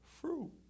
fruit